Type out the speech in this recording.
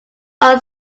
are